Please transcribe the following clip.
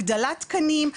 הגדלת תקנים.